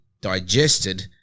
digested